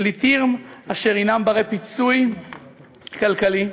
פליטים אשר הנם בני פיצוי כלכלי,